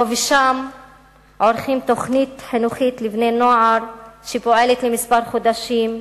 פה ושם עורכים תוכנית חינוכית לבני נוער שפועלת כמה חודשים,